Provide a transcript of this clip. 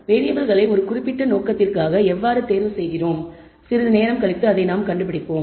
இந்த வேறியபிள்களை ஒரு குறிப்பிட்ட நோக்கத்திற்காக எவ்வாறு தேர்வு செய்கிறோம் சிறிது நேரம் கழித்து கண்டுபிடிப்போம்